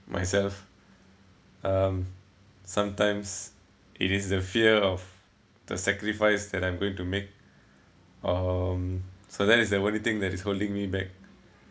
myself um sometimes it is the fear of the sacrifice that I'm going to make um so that is the only thing that is holding me back